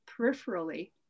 peripherally